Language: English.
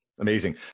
amazing